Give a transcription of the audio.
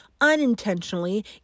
unintentionally